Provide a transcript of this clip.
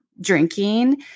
drinking